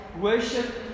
worship